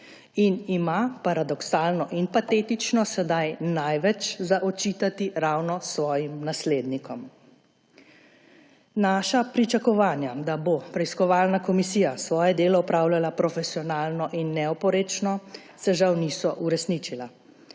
in ima − paradoksalno in patetično − sedaj največ očitati ravno svojim naslednikom. Naša pričakovanja, da bo preiskovalna komisija svoje delo opravljala profesionalno in neoporečno, se žal niso uresničila.